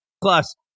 Plus